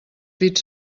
dits